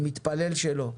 אני מתפלל שלא,